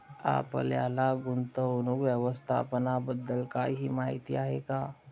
आपल्याला गुंतवणूक व्यवस्थापनाबद्दल काही माहिती आहे का?